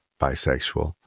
bisexual